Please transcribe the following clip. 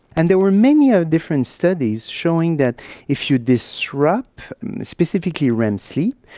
and there were many ah different studies showing that if you disrupt specifically rem sleep,